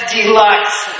Deluxe